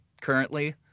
currently